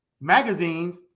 magazines